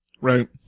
right